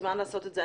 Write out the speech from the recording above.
מוזמן לעשות את זה.